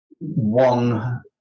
One